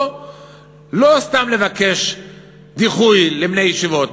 לא סתם לבקש דיחוי לבני ישיבות.